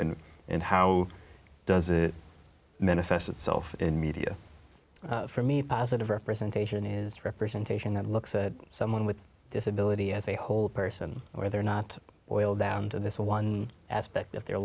me and how does it manifest itself in media for me positive representation is representation that looks at someone with disability as a whole person where they're not boiled down to this one aspect of their